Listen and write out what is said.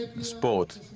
sport